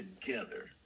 together